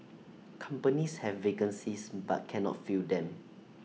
companies have vacancies but cannot fill them